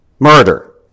Murder